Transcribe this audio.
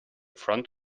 front